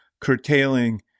curtailing